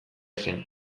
zen